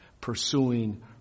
pursuing